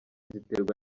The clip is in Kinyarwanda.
ziterwa